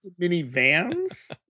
minivans